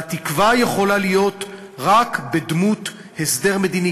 והתקווה יכולה להיות רק בדמות הסדר מדיני,